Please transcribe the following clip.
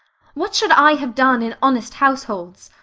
what should i have done in honest households?